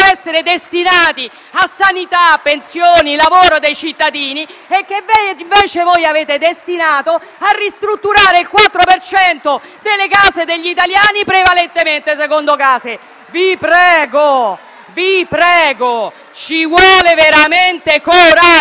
essere destinati a sanità, pensioni, lavoro dei cittadini e che invece voi avete destinato a ristrutturare il 4 per cento delle case degli italiani (prevalentemente seconde case). Vi prego, ci vuole veramente coraggio